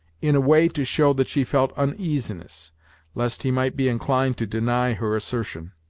in a way to show that she felt uneasiness lest he might be inclined to deny her assertion.